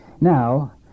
Now